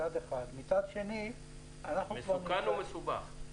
מצד שני --- "מסוכן" או מסובך?